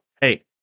hey